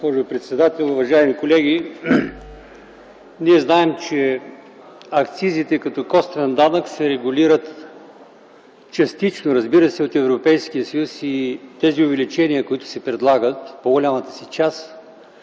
госпожо председател, уважаеми колеги! Ние знаем, че акцизите, като косвен данък, се регулират частично, разбира се, от Европейския съюз. И тези увеличения, които се предлагат, в по-голямата си част